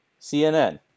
CNN